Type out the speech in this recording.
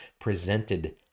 presented